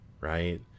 right